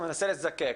אני מנסה לזקק.